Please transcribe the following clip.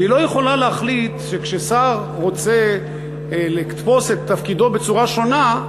והיא לא יכולה להחליט שכששר רוצה לתפוס את תפקידו בצורה שונה,